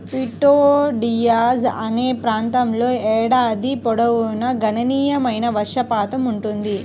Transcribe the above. Prieto Diaz అనే ప్రాంతంలో ఏడాది పొడవునా గణనీయమైన వర్షపాతం ఉంటుంది